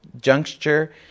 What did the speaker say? juncture